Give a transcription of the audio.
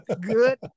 Good